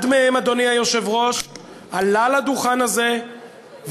אחד מהם, אדוני היושב-ראש, עלה על הדוכן הזה ואמר,